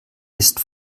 ist